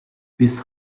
bis